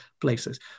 places